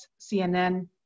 CNN